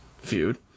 feud